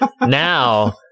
now